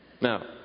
Now